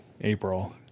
April